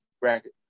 bracket